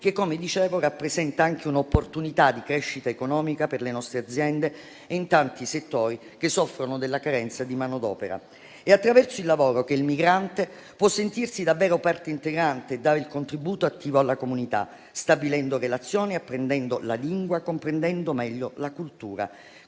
che, come dicevo, rappresenta anche un'opportunità di crescita economica per le nostre aziende che in tanti settori che soffrono la carenza di manodopera. È attraverso il lavoro che il migrante può sentirsi davvero parte integrante e dare il contributo attivo alla comunità, stabilendo relazioni, apprendendo la lingua, comprendendo meglio la cultura.